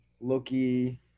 Loki